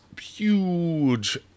huge